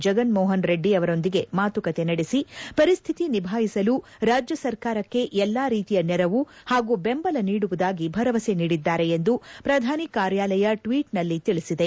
ಜಗನ್ ಮೋಹನ್ ರೆಡ್ಡಿ ಅವರೊಂದಿಗೆ ಮಾತುಕತೆ ನಡೆಸಿ ಪರಿಸ್ಥಿತಿ ನಿಭಾಯಿಸಲು ರಾಜ್ಯ ಸರ್ಕಾರಕ್ಕೆ ಎಲ್ಲಾ ರೀತಿಯ ನೆರವು ಹಾಗೂ ಬೆಂಬಲ ನೀಡುವುದಾಗಿ ಭರವಸೆ ನೀಡಿದ್ದಾರೆ ಎಂದು ಪ್ರಧಾನಿ ಕಾರ್ಯಾಲಯ ಟ್ವೀಟ್ನಲ್ಲಿ ತಿಳಿಸಿದೆ